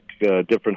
different